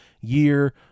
year